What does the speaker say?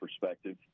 perspective